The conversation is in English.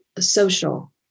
social